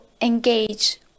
engage